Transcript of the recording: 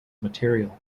material